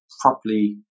properly